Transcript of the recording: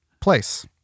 place